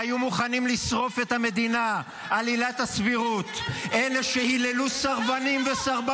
והיו מוכנים לשרוף את המדינה על עילת הסבירות --- אתה מעודד השתמטות.